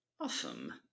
Awesome